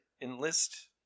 enlist